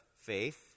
faith